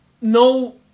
no